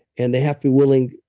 and they have to be willing.